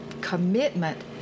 commitment